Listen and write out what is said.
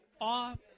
off